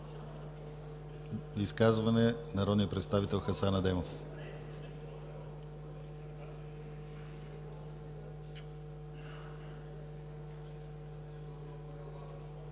изказване - народният представител Хасан Адемов.